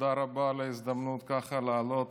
תודה רבה על ההזדמנות ככה לעלות